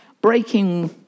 breaking